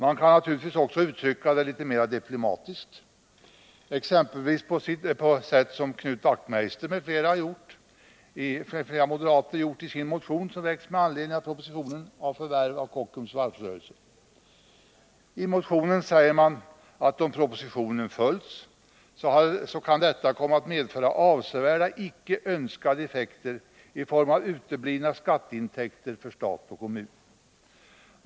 Man kan naturligtvis också uttrycka detta litet mera diplomatiskt, exempelvis på sätt som Knut Wachtmeister m.fl. moderater har gjort i den motion som väckts med anledning av propositionen om förvärv av Kockums Nr 44 varvsrörelse. I motionen säger man att om propositionen följs, så kan detta Onsdagen den komma att medföra avsevärda icke önskade effekter i form av uteblivna 5 december 1979 skatteintäkter för stat och kommun.